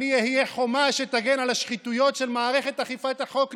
אני אהיה חומה שתגן על השחיתויות של מערכת אכיפת החוק,